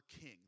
king